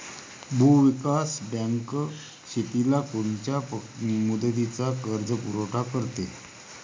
भूविकास बँक शेतीला कोनच्या मुदतीचा कर्जपुरवठा करते?